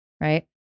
Right